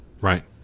Right